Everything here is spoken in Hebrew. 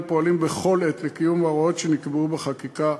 פועלים בכל עת לקיום ההוראות שנקבעו בחקיקה,